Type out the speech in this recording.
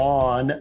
on